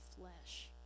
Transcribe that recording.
flesh